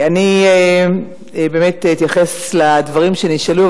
אני באמת אתייחס לדברים שנשאלו,